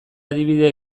adibide